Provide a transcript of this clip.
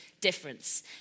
Difference